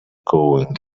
going